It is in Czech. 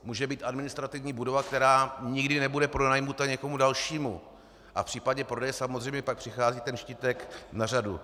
Může být administrativní budova, která nikdy nebude pronajata nikomu dalšímu, a v případě prodeje pak samozřejmě přichází ten štítek na řadu.